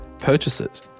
purchases